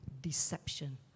deception